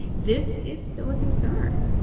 this is still a concern